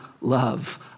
love